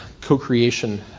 co-creation